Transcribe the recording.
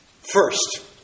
first